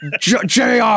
JR